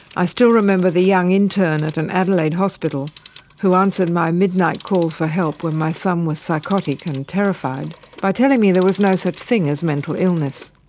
i still remember the young intern at an adelaide hospital who answered my midnight call for help when my son was psychotic and terrified by telling me there was no such thing as mental illness.